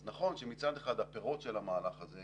אז נכון שמצד אחד הפירות של המהלך הזה,